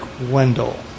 Wendell